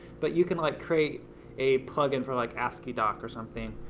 but you can like create a plugin for like asci doc, or something,